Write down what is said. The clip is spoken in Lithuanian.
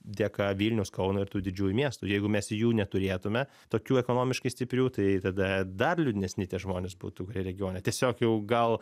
dėka vilniaus kauno ir tų didžiųjų miestų jeigu mes jų neturėtume tokių ekonomiškai stiprių tai tada dar liūdnesni tie žmonės būtų kurie regione tiesiog jau gal